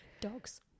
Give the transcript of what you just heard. dogs